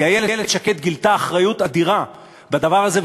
כי איילת שקד גילתה אחריות אדירה בדבר הזה,